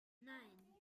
nein